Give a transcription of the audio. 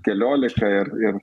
keliolika ir ir